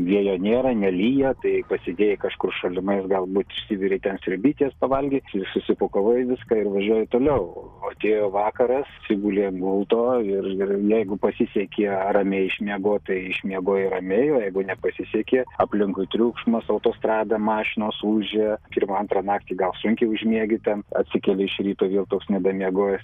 vėjo nėra nelyja tai pasidėjai kažkur šalimais galbūt išsivirei ten sriubytės pavalgyt ir susipakavai viską ir važiuoji toliau atėjo vakaras atsigulei ant gulto ir ir jeigu pasisekė ramiai išmiegot tai išmiegojai ramiai o jeigu nepasisekė aplinkui triukšmas autostrada mašinos ūžė pirmą antrą naktį gal sunkiai užmiegi ten atsikeli iš ryto vėl toks nedamiegojęs